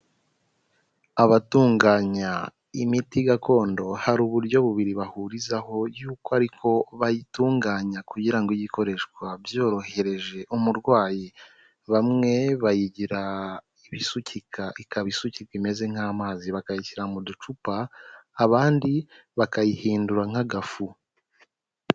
Abatunganya imiti gakondo hari uburyo bubiri bahurizaho yuko ariko bayitunganya, kugira ngo ijye ikoreshwa byorohereje umurwayi, bamwe bayigira ibisukika ikaba isukika imeze nk'amazi, bakayishyira mu ducupa, abandi bakayihindura nk'agafu.